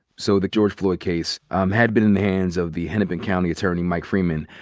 so the george floyd case um had been in the hands of the hennepin county attorney mike freeman.